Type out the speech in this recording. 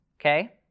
okay